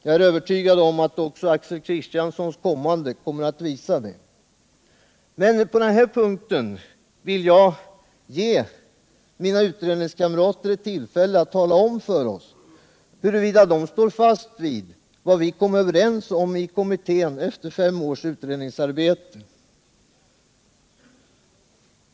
Jag är övertygad om att också Axel Kristianssons inlägg kommer att visa detta. Men på denna punkt vill jag ge mina utredningskamrater ett tillfälle att tala om för oss huruvida de står fast vid vad vi kom överens om i kommittén efter fem års utredningsarbete.